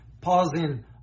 pausing